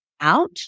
out